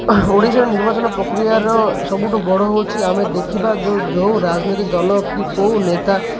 ଓଡ଼ିଶାର ନିର୍ବାଚନ ପ୍ରକ୍ରିୟାର ସବୁଠୁ ବଡ଼ ହେଉଛି ଆମେ ଦେଖିବା ଯେଉଁ ଯେଉଁ ରାଜନୀତି ଦଳ କି କେଉଁ ନେତା